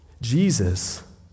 Jesus